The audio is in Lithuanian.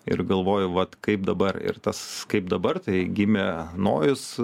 ir galvoju vat kaip dabar ir tas kaip dabar tai gimė nojus